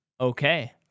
okay